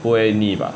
不会腻吧